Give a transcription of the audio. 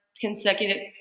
consecutive